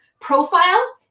profile